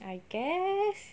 I guess